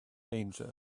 danger